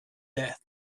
death